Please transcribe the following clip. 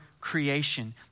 creation